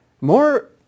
more